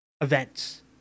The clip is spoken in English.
events